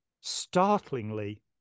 startlingly